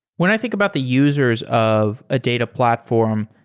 when i think about the users of a data platform,